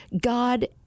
God